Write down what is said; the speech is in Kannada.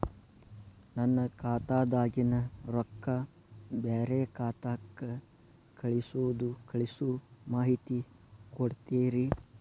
ನನ್ನ ಖಾತಾದಾಗಿನ ರೊಕ್ಕ ಬ್ಯಾರೆ ಖಾತಾಕ್ಕ ಕಳಿಸು ಮಾಹಿತಿ ಕೊಡತೇರಿ?